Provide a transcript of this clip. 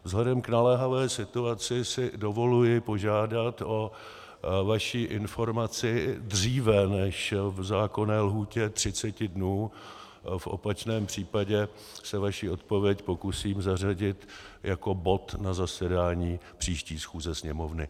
Vzhledem k naléhavé situaci si dovoluji požádat o vaši informaci dříve než v zákonné lhůtě třiceti dnů, v opačném případě se vaší odpověď pokusím zařadit jako bod na zasedání příští schůze Sněmovny.